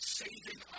saving